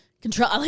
Control